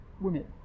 women